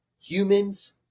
humans